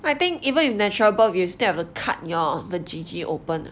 I think even if natural birth you still have a cut your va~ G G open